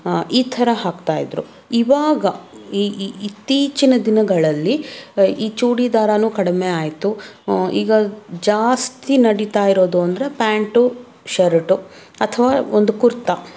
ಈ ಥರ ಹಾಕ್ತಾ ಇದ್ದರು ಈವಾಗ ಈ ಈ ಇತ್ತೀಚಿನ ದಿನಗಳಲ್ಲಿ ಈ ಚೂಡಿದಾರಾನು ಕಡಿಮೆ ಆಯಿತು ಈಗ ಜಾಸ್ತಿ ನಡೀತಾ ಇರೋದು ಅಂದರೆ ಪ್ಯಾಂಟು ಶರ್ಟು ಅಥವಾ ಒಂದು ಕುರ್ತಾ